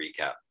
recap